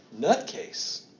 nutcase